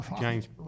James